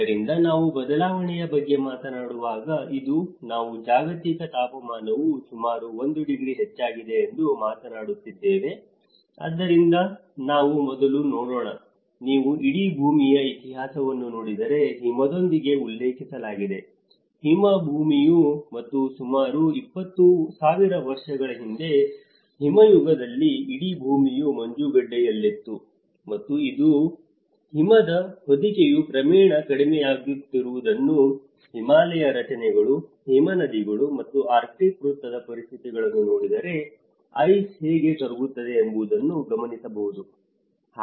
ಆದ್ದರಿಂದ ನಾವು ಬದಲಾವಣೆಯ ಬಗ್ಗೆ ಮಾತನಾಡುವಾಗ ಇಂದು ನಾವು ಜಾಗತಿಕ ತಾಪಮಾನವು ಸುಮಾರು 1 ಡಿಗ್ರಿ ಹೆಚ್ಚಾಗಿದೆ ಎಂದು ಮಾತನಾಡುತ್ತಿದ್ದೇವೆ ಆದ್ದರಿಂದ ನಾವು ಮೊದಲು ನೋಡೋಣ ನೀವು ಇಡೀ ಭೂಮಿಯ ಇತಿಹಾಸವನ್ನು ನೋಡಿದರೆ ಹಿಮದೊಂದಿಗೆ ಉಲ್ಲೇಖಿಸಲಾಗಿದೆ ಹಿಮ ಭೂಮಿಯು ಮತ್ತು ಸುಮಾರು 20000 ವರ್ಷಗಳ ಹಿಂದೆ ಹಿಮಯುಗದಲ್ಲಿ ಇಡೀ ಭೂಮಿಯು ಮಂಜುಗಡ್ಡೆಯಲ್ಲಿತ್ತು ಮತ್ತು ಇಂದು ಹಿಮದ ಹೊದಿಕೆಯು ಕ್ರಮೇಣ ಕಡಿಮೆಯಾಗುತ್ತಿರುವುದನ್ನು ಹಿಮಾಲಯ ರಚನೆಗಳು ಹಿಮನದಿಗಳ ನೀವು ಆರ್ಕ್ಟಿಕ್ ವೃತ್ತದ ಪರಿಸ್ಥಿತಿಗಳನ್ನು ನೋಡಿದರೆ ಐಸ್ ಹೇಗೆ ಕರಗುತ್ತಿದೆ ಎಂಬುದನ್ನು ಗಮನಿಸಬಹುದು